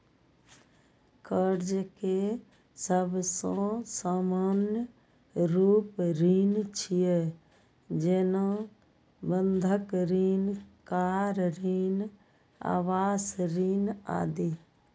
कर्ज के सबसं सामान्य रूप ऋण छियै, जेना बंधक ऋण, कार ऋण, आवास ऋण आदि